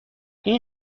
این